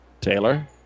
Taylor